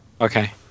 Okay